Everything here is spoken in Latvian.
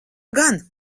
gan